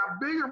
bigger